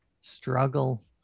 struggle